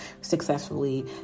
successfully